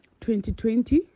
2020